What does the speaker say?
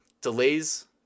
delays